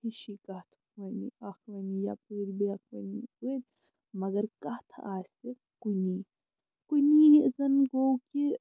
ہِشی کَتھ ونہِ اَکھ ونہِ یپٲرۍ بیٛاکھ یہِ مَگر کَتھ آسہِ کُنی کُنی زَن گوٚو کہِ